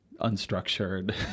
unstructured